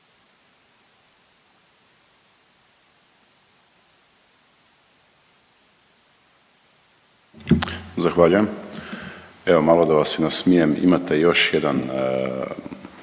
Zahvaljujem. Evo malo da vas i nasmijem, imate još jedan,